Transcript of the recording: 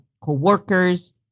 co-workers